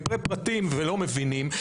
פרטי פרטים ולא מבינים,